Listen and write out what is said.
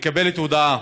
מקבלת הודעה